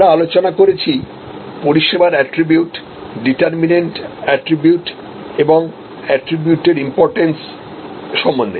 আমরা আলোচনা করেছি পরিষেবার এট্রিবিউট ডিটারমিনেন্ট এট্রিবিউট এবং এট্রিবিউট এর ইম্পর্টেন্স সম্বন্ধে